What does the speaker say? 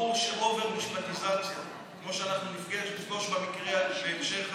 ברור שאובר-משפטיזציה כמו שאנחנו נפגוש במקרה בהמשך,